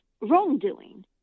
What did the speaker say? wrongdoing